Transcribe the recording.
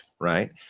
right